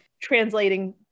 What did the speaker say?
translating